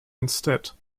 instead